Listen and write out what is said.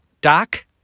Doc